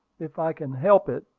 if i can help it.